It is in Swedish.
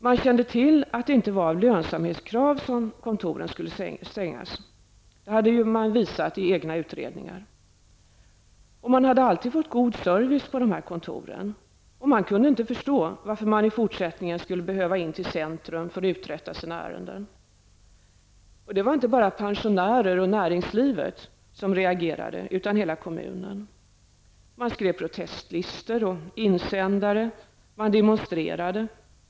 Man kände till att det inte var lönsamhetskrav som var orsaken till att kontoren skulle stängas -- de var ju lönsamma, det visade postens egna utredningar. Kunderna hade alltid fått god service på de båda kontoren och kunde inte förstå varför man i fortsättningen skulle behöva ta sig in till centrum för att uträtta sitt postärende. Det var inte bara pensionärer och näringslivet som reagerade, utan hela kommunen. Man skrev protestlistor och insändare, och man demonstrerade.